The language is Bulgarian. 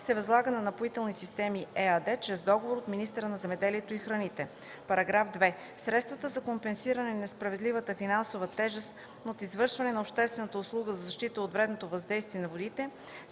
се възлага на „Напоителни системи” – ЕАД, чрез договор от министъра на земеделието и храните. (2) Средствата за компенсиране на несправедливата финансова тежест от извършване на обществената услуга за защита от вредното въздействие на водите